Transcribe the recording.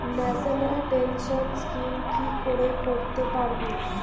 National pension scheme কি করে করতে পারব?